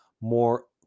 more